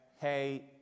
hey